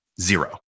zero